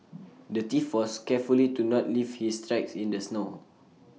the thief was carefully to not leave his tracks in the snow